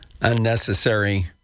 unnecessary